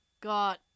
got